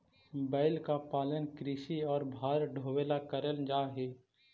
बैल का पालन कृषि और भार ढोवे ला करल जा ही